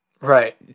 Right